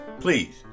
please